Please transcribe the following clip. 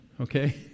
Okay